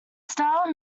style